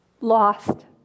lost